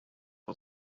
for